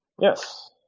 Yes